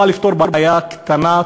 הוא בא לפתור בעיה קטנה,